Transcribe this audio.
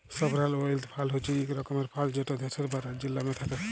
sovereign wealth fund হছে ইক রকমের ফাল্ড যেট দ্যাশের বা রাজ্যের লামে থ্যাকে